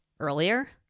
earlier